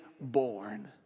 born